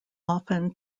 often